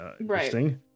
Right